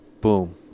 boom